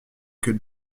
que